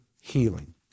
healing